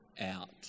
out